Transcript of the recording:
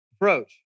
approach